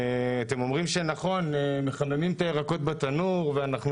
אתם אומרים שמחממים את הירקות בתנור ואנחנו